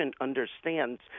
understands